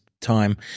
time